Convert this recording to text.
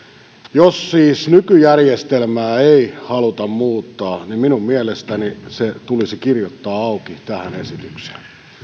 jos siis nykyjärjestelmää ei haluta muuttaa minun mielestäni se tulisi kirjoittaa auki tähän esitykseen